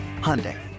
Hyundai